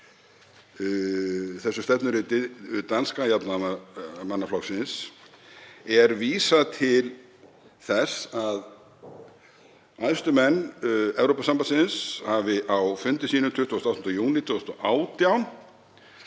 þessu stefnuriti danska jafnaðarmannaflokksins er vísað til þess að æðstu menn Evrópusambandsins hafi á fundi sínum 28. júní 2018